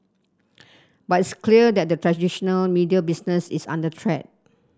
but it's clear that the traditional media business is under threat